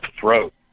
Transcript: Throat